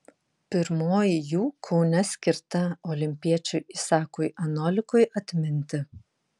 pirmoji jų kaune skirta olimpiečiui isakui anolikui atminti